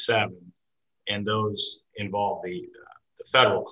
seven and those involved the federal